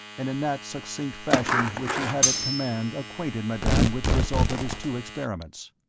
and in that succinct fashion which he had at command acquainted madame with the result of his two experiments.